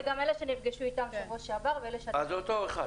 זה גם אלה שנפגשנו איתם בשבוע שעבר ואלה ש --- אז זה אותו אחד,